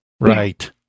right